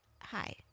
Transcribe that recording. hi